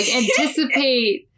anticipate